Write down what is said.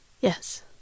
Yes